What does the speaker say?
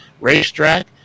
racetrack